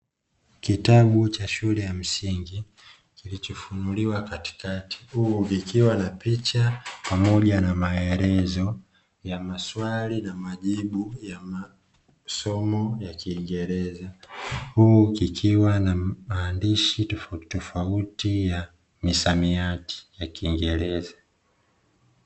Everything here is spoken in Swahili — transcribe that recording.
Chimbo cha moto aina ya trekta kimefungwa chombo maarumu katika eneo la wazi ikiashilia ni machine itumikayo kwa ajiri ya shighuli za kilimo.